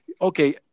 okay